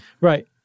Right